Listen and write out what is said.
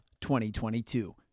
2022